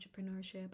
entrepreneurship